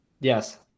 Yes